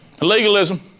Legalism